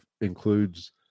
includes